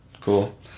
Cool